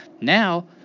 Now